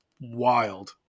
wild